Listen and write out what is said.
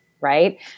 right